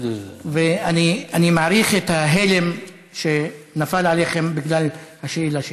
ואני מעריך את ההלם שנפל עליכם בגלל השאלה שלי.